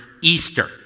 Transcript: Easter